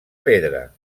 pedra